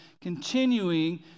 continuing